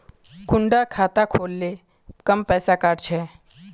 कुंडा खाता खोल ले कम पैसा काट छे?